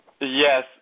Yes